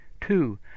Two